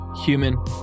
human